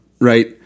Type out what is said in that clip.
right